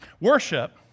Worship